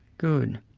good,